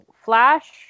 Flash